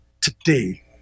today